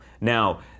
Now